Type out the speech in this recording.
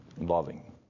loving